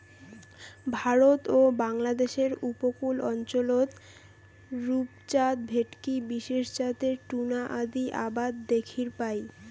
ভারত ও বাংলাদ্যাশের উপকূল অঞ্চলত রূপচাঁদ, ভেটকি বিশেষ জাতের টুনা আদি আবাদ দ্যাখির পাই